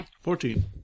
Fourteen